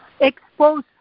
Expose